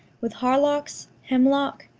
with hardocks, hemlock,